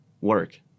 work